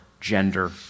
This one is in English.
gender